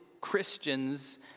Christians